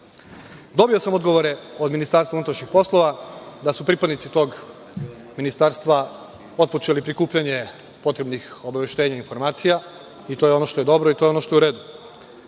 Dobio sam odgovore od MUP da su pripadnici tog ministarstva otpočeli prikupljanje potrebnih obaveštenja i informacija i to je ono što je dobro i to je ono što je u redu.